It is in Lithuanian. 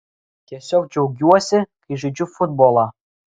tiesiog džiaugiuosi kai žaidžiu futbolą